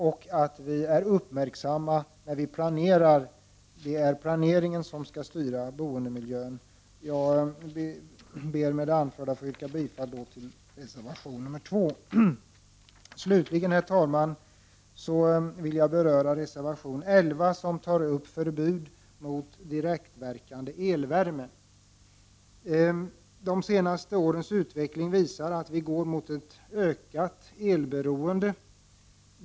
Man måste också vara uppmärksam vid planeringen, och planeringen måste styra boendemiljön. Jag ber med det anförda att få yrka bifall till reservation 2. Slutligen, herr talman, vill jag beröra reservation 11 i vilken förbud mot direktverkande elvärme tas upp. De senaste årens utveckling visar att vi går mot ett ökat elberoende.